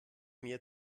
mir